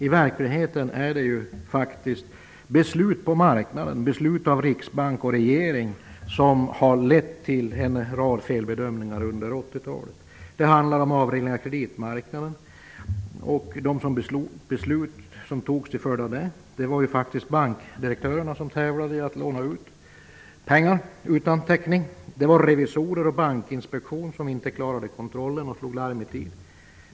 I verkligheten är det faktiskt beslut gjorda av marknaden och av riksbank och regering som lett till en rad felbedömningar under 80-talet. Det handlade om avregleringen av kreditmarknaden och de beslut som fattades till följd av det. Det var bankdirektörerna som tävlade om att låna ut pengar utan täckning. Det var revisorer och Bankinspektionen som inte klarade kontrollen och inte slog larm i tid.